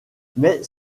mais